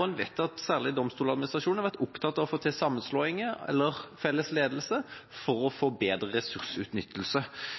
En vet at særlig Domstoladministrasjonen har vært opptatt av å få til sammenslåinger eller felles ledelse for å få bedre ressursutnyttelse.